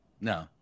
No